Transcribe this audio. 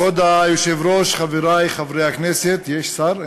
כבוד היושב-ראש, חברי חברי הכנסת, יש שר?